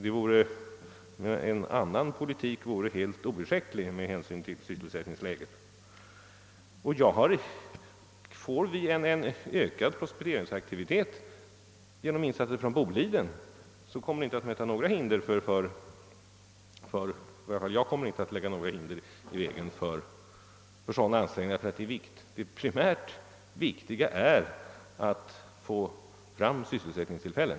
Någon annan politik vore helt oursäktlig med hänsyn till sysselsättningsläget. Om vi får en ökad prospekteringsaktivitet genom insatser från Boliden, kommer jag inte att lägga några hinder i vägen för några sådana ansträngningar. Det primärt viktiga är att få fram sysselsättningstillfällen.